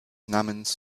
namens